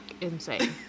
Insane